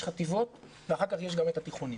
יש חטיבות ואחר כך יש גם את התיכוניים.